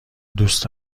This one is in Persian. دوست